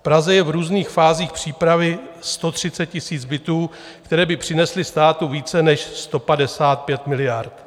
V Praze je v různých fázích přípravy 130 000 bytů, které by přinesly státu více než 155 miliard.